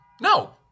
No